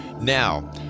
Now